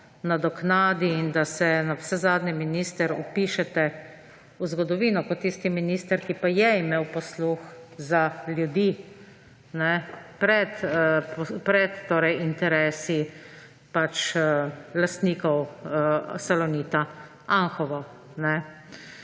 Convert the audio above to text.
nadoknadi in da se navsezadnje, minister, vpišete v zgodovino kot tisti minister, ki pa je imel posluh za ljudi pred interesi lastnikov Salonita Anhovo.